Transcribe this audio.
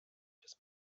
des